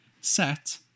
set